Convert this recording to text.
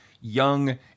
young